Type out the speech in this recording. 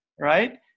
right